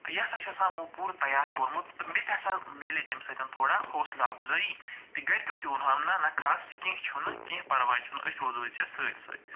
تہٕ یہِ ہسا چھِ آسان یِمو پوٗرٕ تیار کوٚرمُت تہٕ میٚتہِ ہسا مِلے تَمہِ سۭتۍ تھوڑا حوصلہٕ افزٲیی تہٕ گَرِکیو تہِ ووٚنہَم نہ نہ کھس کیٚنہہ چھُنہٕ کیٚنہہ پرواے چھُنہٕ أسۍ روزوے ژےٚ سۭتۍ سۭتۍ